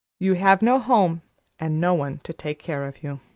you have no home and no one to take care of you.